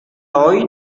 hoy